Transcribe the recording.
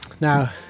Now